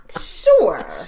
sure